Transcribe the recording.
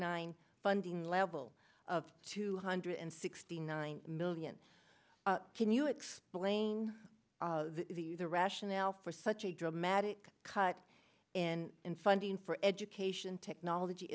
nine funding level of two hundred and sixty nine million can you explain the rationale for such a dramatic cut in in funding for education technology